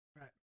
Right